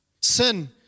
Sin